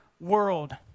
world